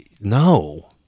no